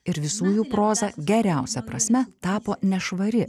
ir visų jų proza geriausia prasme tapo nešvari